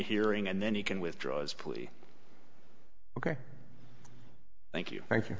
hearing and then he can withdraw his plea ok thank you thank you